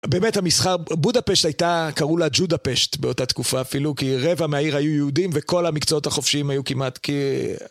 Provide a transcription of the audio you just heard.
באמת המסחר, בודפשט הייתה, קראו לה ג'ודפשט באותה תקופה אפילו, כי רבע מהעיר היו יהודים וכל המקצועות החופשיים היו כמעט, כ...